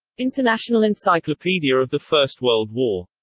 international encyclopedia of the first world war.